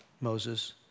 Moses